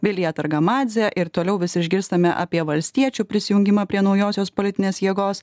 vilija targamadzė ir toliau vis išgirstame apie valstiečių prisijungimą prie naujosios politinės jėgos